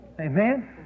Amen